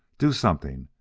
do something!